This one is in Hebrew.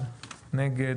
1. מי נגד?